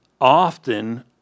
often